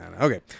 Okay